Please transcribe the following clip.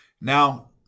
Now